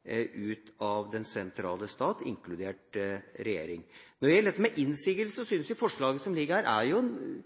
ut av den sentrale stat, inkludert regjeringa. Når det gjelder innsigelser, syns jeg forslaget som ligger der, nesten er